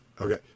okay